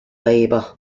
labor